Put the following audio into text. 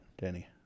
Danny